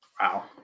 Wow